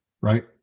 right